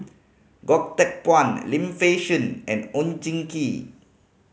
Goh Teck Phuan Lim Fei Shen and Oon Jin Gee